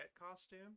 costume